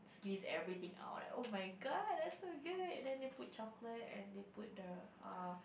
squeeze everything out like oh-my-god that's so good then they put chocolate and they put the err